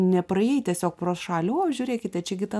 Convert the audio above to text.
nepraėjai tiesiog pro šalį o žiūrėkite čia gi ta